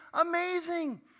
amazing